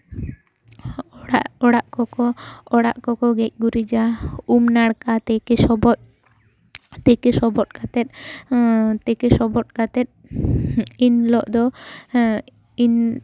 ᱚᱲᱟᱜ ᱚᱲᱟᱜ ᱠᱚᱠᱚ ᱚᱲᱟᱜ ᱠᱚᱠᱚ ᱜᱮᱡ ᱜᱩᱨᱤᱡᱟ ᱩᱢ ᱱᱟᱲᱠᱟ ᱛᱮᱠᱮ ᱥᱚᱵᱚᱫ ᱛᱮᱠᱮ ᱥᱚᱵᱚᱫ ᱠᱟᱛᱮ ᱛᱮᱠᱮ ᱥᱚᱵᱚᱫ ᱠᱟᱛᱮ ᱤᱱ ᱦᱤᱞᱳᱜ ᱫᱚ ᱤᱱ